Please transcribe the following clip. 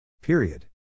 Period